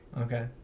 Okay